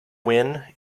win